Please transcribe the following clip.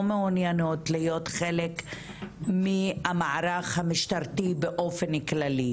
מעוניינות להיות חלק מהמערך המשטרתי באופן כללי,